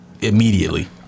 immediately